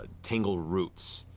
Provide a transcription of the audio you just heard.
tangled roots,